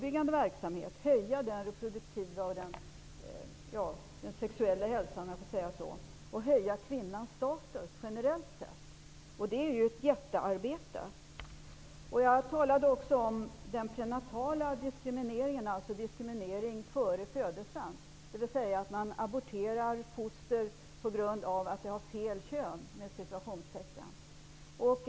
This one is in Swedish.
Man skall höja den reproduktiva och den sexuella hälsan, om jag får säga så. Man skall höja kvinnans status generellt sett. Det är ett jättearbete. Jag talade också om den prenatala diskrimineringen, dvs. diskriminering före födelsen. Man aborterar foster på grund av att det har ''fel'' kön.